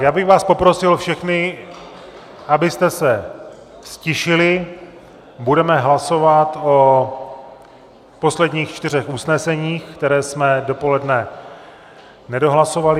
Já bych vás poprosil všechny, abyste se ztišili, budeme hlasovat o posledních čtyřech usneseních, která jsme dopoledne nedohlasovali.